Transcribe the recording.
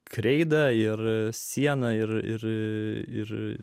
kreida ir sieną ir ir